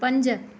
पंज